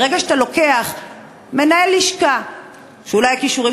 כי ברגע שאתה לוקח מנהל לשכה שאולי הכישורים